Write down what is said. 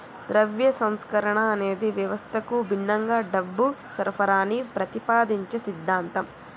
ద్రవ్య సంస్కరణ అనేది వ్యవస్థకు భిన్నంగా డబ్బు సరఫరాని ప్రతిపాదించే సిద్ధాంతం